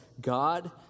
God